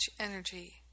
energy